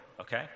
okay